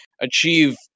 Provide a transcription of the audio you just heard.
achieve